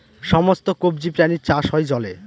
সমস্ত কবজি প্রাণীর চাষ হয় জলে